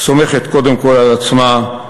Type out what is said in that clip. סומכת קודם כול על עצמה,